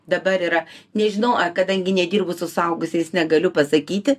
dabar yra nežinau kadangi nedirbu su suaugusiais negaliu pasakyti